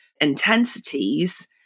intensities